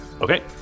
Okay